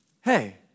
Hey